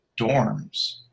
dorms